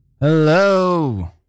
Hello